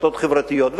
רשתות חברתיות,